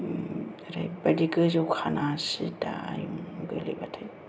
ओरैबायदि गोजौखाना सिधा आयु गोग्लैब्लाथाय